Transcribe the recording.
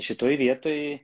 šitoj vietoj